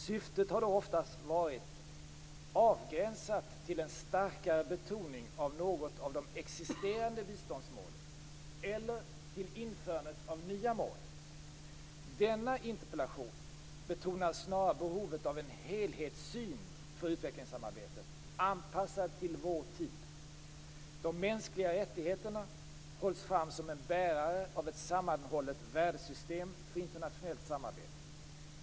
Syftet har då oftast varit avgränsat till en starkare betoning av något av de existerande biståndsmålen eller till införande av nya mål. Denna interpellation betonar snarare behovet av en helhetssyn för utvecklingssamarbetet, anpassad till vår tid. De mänskliga rättigheterna hålls fram som bärare av ett sammanhållet värdesystem för internationellt samarbete.